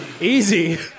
Easy